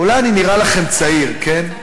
אולי אני נראה לכם צעיר, כן?